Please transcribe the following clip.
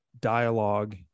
dialogue